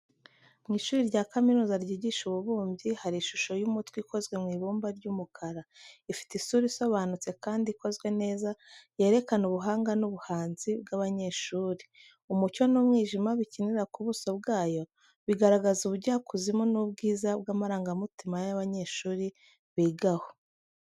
Mu ishuri rya kaminuza ryigisha ububumbyi, hari ishusho y’umutwe ikozwe mu ibumba ry’umukara. Ifite isura isobanutse kandi ikozwe neza, yerekana ubuhanga n’ubuhanzi bw'abanyeshuri. Umucyo n’umwijima bikinira ku buso bwayo, bigaragaza ubujyakuzimu n’ubwiza bw’amarangamutima y'abanyashuri biga aho.